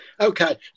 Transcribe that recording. Okay